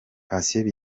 patient